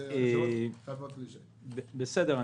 בסדר.